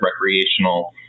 recreational